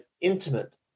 intimate